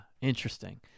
Interesting